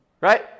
Right